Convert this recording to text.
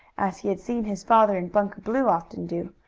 as he had seen his father and bunker blue often do,